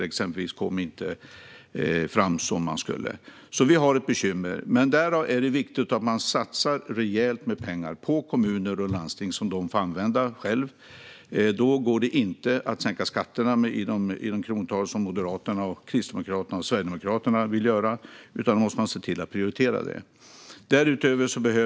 Exempelvis kom inte kroniker fram som de skulle. Vi har alltså ett bekymmer. Därför är det viktigt att man satsar rejält med pengar på kommuner och landsting, pengar som de får använda själva. Då går det inte att sänka skatterna med de krontal som Moderaterna, Kristdemokraterna och Sverigedemokraterna vill, utan då måste man se till att prioritera det här.